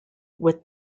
with